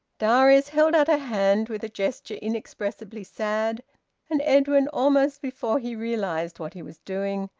darius held out a hand, with a gesture inexpressibly sad and edwin, almost before he realised what he was doing,